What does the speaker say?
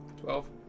Twelve